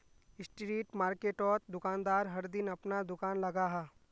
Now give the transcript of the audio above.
street मार्किटोत दुकानदार हर दिन अपना दूकान लगाहा